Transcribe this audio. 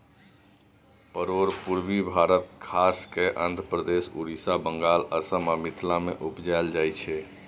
परोर पुर्वी भारत खास कय आंध्रप्रदेश, उड़ीसा, बंगाल, असम आ मिथिला मे उपजाएल जाइ छै